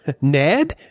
Ned